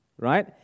Right